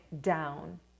down